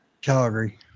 Calgary